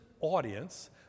audience